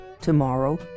tomorrow